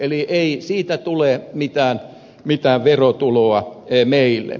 eli ei siitä tule mitään verotuloa meille